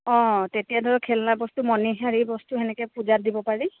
অঁ তেতিয়া ধৰক খেলনা বস্তু মণিহাৰী বস্তু সেনেকে পূজাত দিব পাৰি